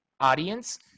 audience